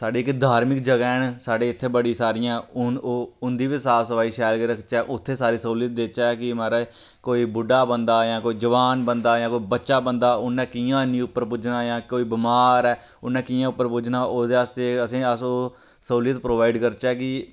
साढ़ी इक धार्मिक जहग न साढे इत्थें बड़ी सारियां हून ओह् उं'दी बी साफ सफाई शैल रखचै ओत्थें सारें स्हूलियत देचै कि महाराज कोई बुड्डा बन्दा जां कोई जवान बन्दा कोई जां बच्चा बंदा उ'न्नै कियां उप्पर पुज्जना जां कोई बमार ऐ उ'न्नै कियां उप्पर पुज्जना ओह्दे आस्तै असें अस ओह् स्हूलियत प्रोवाइड करचै कि